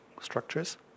structures